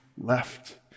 left